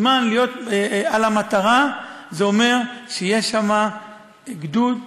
זמן להיות על המטרה זה אומר שיש שם גדוד,